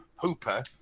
Hooper